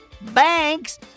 banks